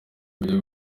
mbere